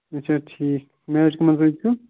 اَچھا ٹھیٖک میچ کٕمَن سۭتۍ چھُو